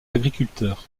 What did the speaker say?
agriculteurs